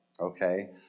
okay